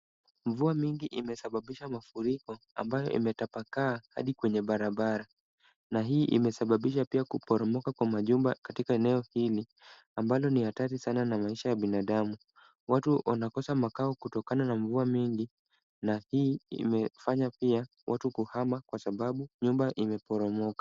Mvua nyingi imesababisha mafuriko ambayo imetapakaa hadi kwenye barabara na hii imesababisha pia kuporomoka kwa majumba katika eneo hili, ambalo ni hatari sana na maisha ya binadamu. Watu wanakosa makao kutokana na mvua nyingi na hii imefanya pia watu kuhama kwa sababu nyumba imeporomoka.